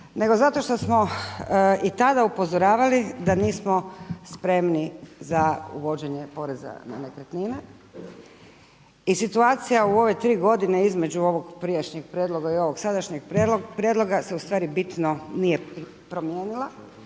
nego zato što smo i tada upozoravali da nismo spremni za uvođenje poreza na nekretnine. I situacija u ove tri godine između ovog prijašnjeg prijedloga i ovog sadašnjeg prijedloga se ustvari bitno nije promijenila.